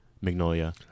Magnolia